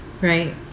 right